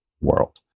world